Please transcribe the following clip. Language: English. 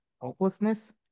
hopelessness